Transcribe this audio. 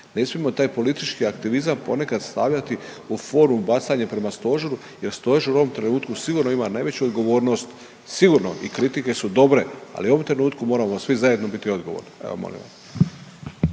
Ne smijemo taj politički aktivizam ponekad stavljati u formu bacanja prema stožeru jer stožer u ovom trenutku sigurno ima najveću odgovornost, sigurno i kritike su dobre, ali u ovom trenutku moramo svi zajedno biti odgovorni. Evo …/Govornik